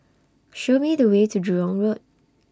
Show Me The Way to Jurong Road